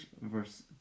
verse